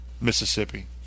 mississippi